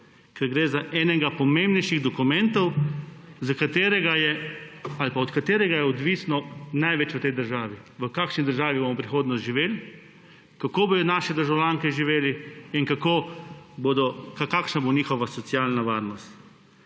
ker gre za enega pomembnejših dokumentov, od katerega je največ odvisno v tej državi, v kakšni državi bomo v prihodnosti živeli, kako bodo naši državljanke in državljani živeli in kakšna bo njihova socialna varnost.